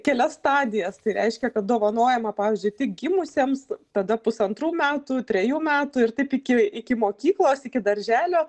kelias stadijas tai reiškia kad dovanojama pavyzdžiui tik gimusiems tada pusantrų metų trejų metų ir taip iki iki mokyklos iki darželio